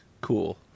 cool